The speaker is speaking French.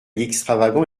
extravagant